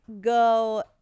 go